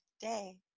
day